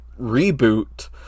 reboot